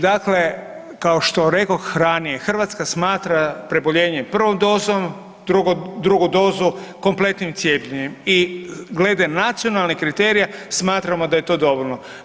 Dakle kao što rekoh ranije Hrvatska smatra preboljenje prvom dozom, drugu dozu kompletnim cijepljenjem i glede nacionalnih kriterija smatramo da je to dovoljno.